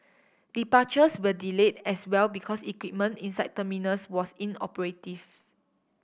departures were delayed as well because equipment inside terminals was inoperative